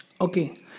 Okay